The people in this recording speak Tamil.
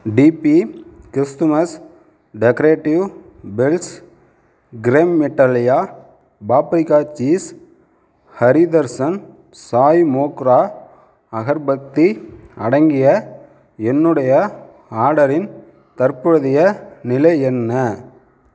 DP Christmas decorative bells Cremitalia paprika cheese Hari Darshan Sai Mogra agarbatti அடங்கிய என்னுடைய ஆர்டரின் தற்போதைய நிலை என்ன